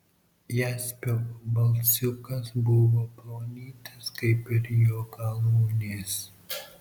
jaspio balsiukas buvo plonytis kaip ir jo galūnės